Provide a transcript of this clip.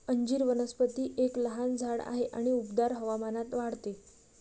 अंजीर वनस्पती एक लहान झाड आहे आणि उबदार हवामानात वाढते